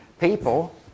people